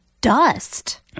dust